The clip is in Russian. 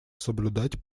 соблюдать